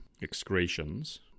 excretions